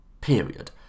period